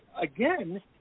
again